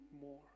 more